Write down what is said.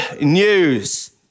news